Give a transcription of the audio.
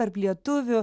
tarp lietuvių